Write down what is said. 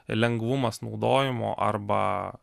lengvumas naudojimo arba